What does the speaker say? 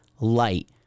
light